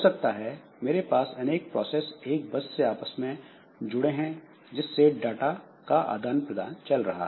हो सकता है मेरे पास अनेक प्रोसेस एक बस से आपस में जुड़े हुए हैं जिससे डाटा का आदान प्रदान चल रहा है